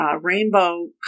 rainbow